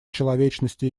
человечности